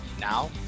Now